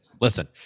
listen